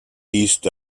east